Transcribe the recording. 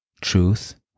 truth